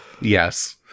Yes